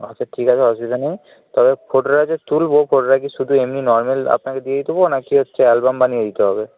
আচ্ছা ঠিক আছে অসুবিধা নেই তবে ফটোটা যে তুলবো ফটোটা কি শুধু এমনি নর্ম্যাল আপনাকে দিয়ে দেবো না কি হচ্ছে অ্যালবাম বানিয়ে দিতে হবে